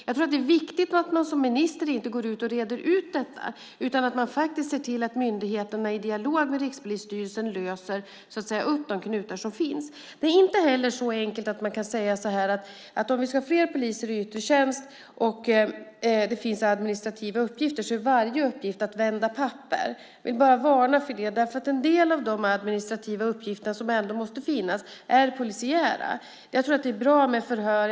Jag tror att det är viktigt att man som minister inte går in och reder ut detta utan att man faktiskt ser till att myndigheterna i dialog med Rikspolisstyrelsen så att säga löser upp de knutar som finns. Det är inte heller så enkelt att man kan säga att om vi ska ha fler poliser i yttre tjänst och det finns administrativa uppgifter så är varje uppgift att vända papper. Jag vill bara varna för det synsättet. En del av de administrativa uppgifter som ändå måste finnas är polisiära. Jag tror att det är bra med förhör.